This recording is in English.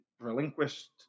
relinquished